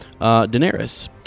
Daenerys